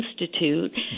Institute